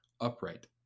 upright